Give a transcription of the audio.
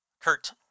Kurt